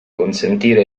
consentire